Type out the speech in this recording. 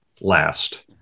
last